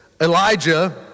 Elijah